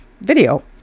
video